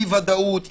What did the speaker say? אי-ודאות,